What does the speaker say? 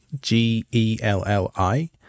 G-E-L-L-I